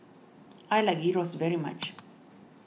I like Gyros very much